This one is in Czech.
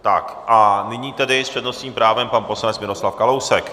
Tak a nyní tedy s přednostním právem pan poslanec Miroslav Kalousek.